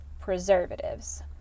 preservatives